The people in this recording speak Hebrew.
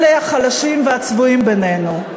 אלה החלשים והצבועים בינינו.